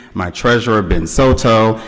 my treasurer ben soto,